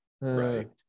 right